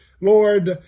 Lord